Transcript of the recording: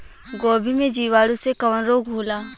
गोभी में जीवाणु से कवन रोग होला?